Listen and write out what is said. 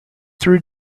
through